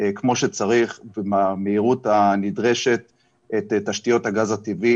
כמו שצריך ובמהירות הנדרשת את תשתיות הגז הטבעי